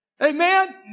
Amen